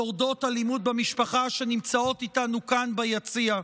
שורדות אלימות במשפחה, שנמצאות איתנו כאן ביציע.